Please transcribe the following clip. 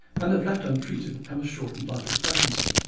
and if left untreated have a shortened life expectancy.